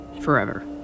forever